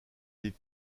des